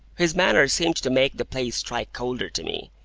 his manner seemed to make the place strike colder to me,